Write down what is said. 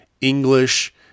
English